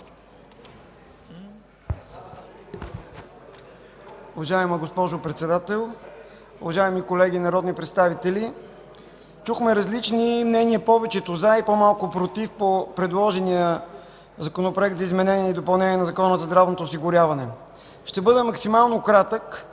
Уважаема госпожо Председател, уважаеми колеги народни представители! Чухме различни мнения – повечето „за” и по-малко „против”, по предложения Законопроект за изменение и допълнение на Закона за здравното осигуряване. Ще бъда максимално кратък